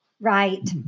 Right